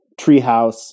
Treehouse